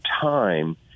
time